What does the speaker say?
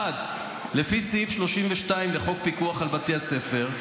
1. לפי סעיף 32 לחוק פיקוח על בתי הספר,